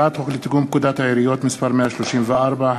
הצעת חוק לתיקון פקודת העיריות (מס' 134),